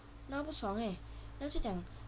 他不爽 eh 他就讲